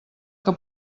que